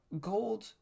gold